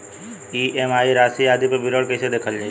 EMI राशि आदि पर विवरण कैसे देखल जाइ?